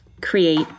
Create